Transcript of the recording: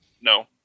No